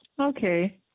Okay